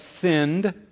sinned